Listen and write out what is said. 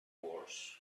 wars